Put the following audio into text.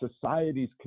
society's